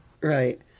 right